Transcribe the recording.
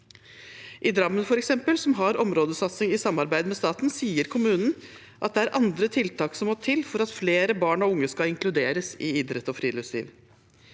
I Drammen, f.eks., som har områdesatsing i samarbeid med staten, sier kommunen at det er andre tiltak som må til for at flere barn og unge skal inkluderes i idrett og friluftsliv.